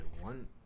one